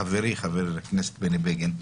חברי חבר הכנסת בני בגין,